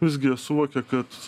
visgi suvokia kad